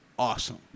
Awesome